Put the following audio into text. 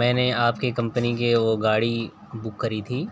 میں نے آپ کی کمپنی کے وہ گاڑی بک کری تھی